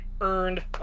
earned